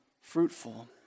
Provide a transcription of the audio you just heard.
fruitful